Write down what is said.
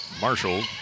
Marshall